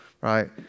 Right